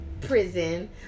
prison